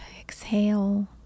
exhale